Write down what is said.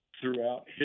throughout